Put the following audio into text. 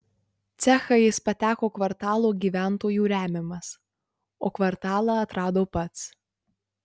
cechą jis pateko kvartalo gyventojų remiamas o kvartalą atrado pats